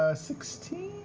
ah sixteen?